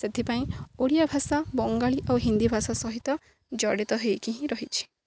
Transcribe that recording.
ସେଥିପାଇଁ ଓଡ଼ିଆ ଭାଷା ବଙ୍ଗାଳୀ ଆଉ ହିନ୍ଦୀ ଭାଷା ସହିତ ଜଡ଼ିତ ହେଇକି ହିଁ ରହିଛି